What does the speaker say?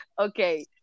Okay